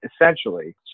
essentially